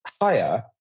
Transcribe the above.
higher